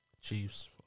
Chiefs